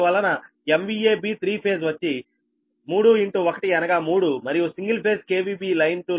అందువలన B3Φ వచ్చి 3 1 అనగా 3 మరియు సింగిల్ ఫేజ్ B